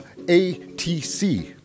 ATC